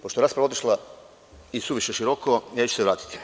Pošto je rasprava otišla isuviše široko, neću se vratiti.